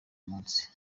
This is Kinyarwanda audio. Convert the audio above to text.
munsi